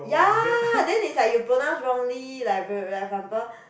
ya then is like you pronounce wrongly like like like for example